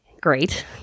great